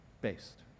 based